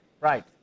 Right